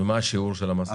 ומה השיעור של המס הזה?